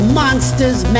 monsters